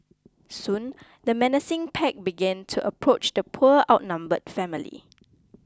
soon the menacing pack began to approach the poor outnumbered family